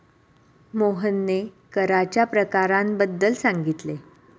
मोहनने कराच्या प्रकारांबद्दल सांगितले